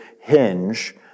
hinge